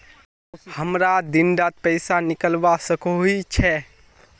हमरा दिन डात पैसा निकलवा सकोही छै?